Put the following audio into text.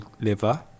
liver